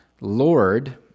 Lord